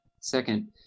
Second